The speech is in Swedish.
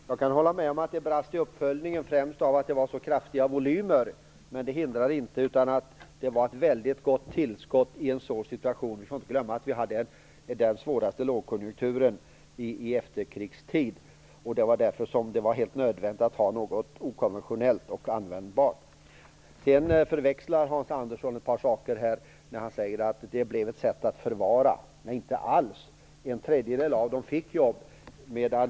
Herr talman! Jag kan hålla med om att det brast i uppföljningen, främst på grund av att det var så stora volymer. Men det hindrar inte att det var ett mycket gott tillskott i en svår situation. Vi får inte glömma att vi hade den svåraste lågkonjunkturen i efterkrigstid. Det var därför som det var helt nödvändigt att ha något okonventionellt och användbart. Hans Andersson förväxlar ett par saker, när han säger att ungdomspraktiken blev ett sätt att förvara. Nej, så var det inte alls. En tredjedel av ungdomarna fick jobb.